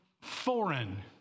foreign